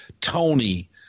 Tony